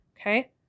Okay